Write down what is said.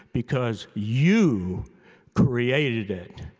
because you created it.